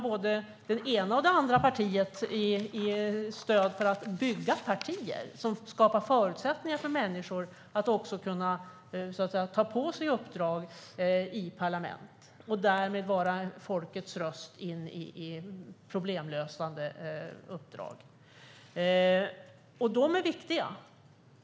Både det ena och det andra partiet ger stöd för att bygga partier som skapar möjligheter för människor att ta på sig uppdrag i parlament och därmed vara folkets röst in i problemlösande uppdrag. De är viktiga.